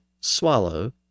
swallow